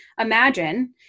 imagine